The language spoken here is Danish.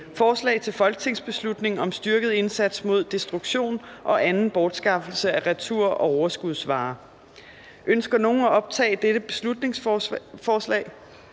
Forslag til folketingsbeslutning om styrket indsats mod destruktion og anden bortskaffelse af retur- og overskudsvarer. (Beslutningsforslag